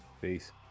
Peace